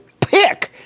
pick